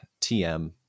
TM